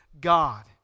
God